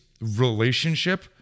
relationship